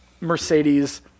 mercedes